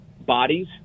bodies